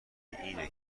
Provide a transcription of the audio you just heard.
اینه